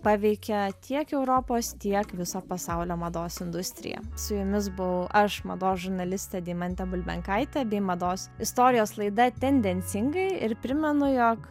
paveikia tiek europos tiek viso pasaulio mados industriją su jumis buvau aš mados žurnalistė deimantė bulbenkaitė bei mados istorijos laida tendencingai ir primenu jog